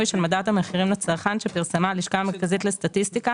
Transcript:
של מדד המהירים לצרכן שפרסמה הלשכה המרכזית לסטטיסטיקה